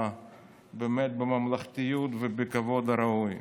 באמת בממלכתיות ובכבוד הראוי.